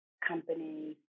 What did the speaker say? companies